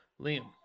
Liam